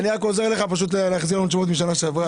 אני רק עוזר לך להחזיר לנו תשובות משנה שעברה,